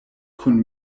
kun